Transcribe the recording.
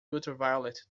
ultraviolet